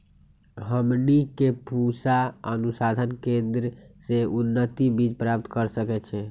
हमनी के पूसा अनुसंधान केंद्र से उन्नत बीज प्राप्त कर सकैछे?